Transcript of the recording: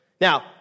Now